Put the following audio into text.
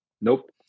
Nope